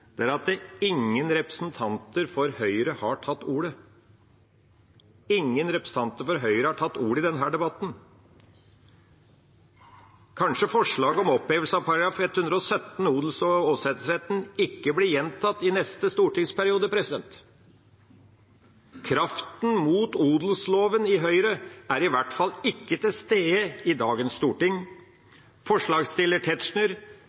dem er representanter i dag. Det som er meget spesielt, er at ingen representanter for Høyre har tatt ordet i denne debatten. Kanskje forslaget om opphevelse av § 117, odels- og åsetesretten, ikke blir gjentatt i neste stortingsperiode. Kraften mot odelsloven i Høyre er i hvert fall ikke til stede i dagens storting. Forslagsstiller Tetzschner